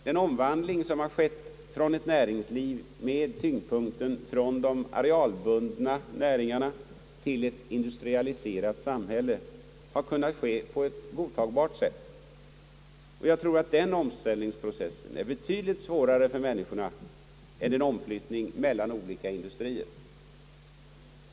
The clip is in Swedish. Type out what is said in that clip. Den omvandling som skett från ett näringsliv med tyngdpunkten på de arealbundna näringarna till ett industrialiserat samhälle har kunnat ske på ett godtagbart sätt, och jag tror att den omställningsprocessen är betydligt svårare för människorna än en omflyttning mellan olika industrier.